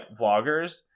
vloggers